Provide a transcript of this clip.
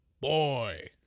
Boy